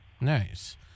Nice